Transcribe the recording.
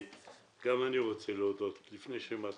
גם אני רוצה להודות, לפי שאני מתחיל,